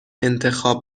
انتخاب